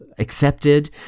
accepted